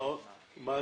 מה עוד?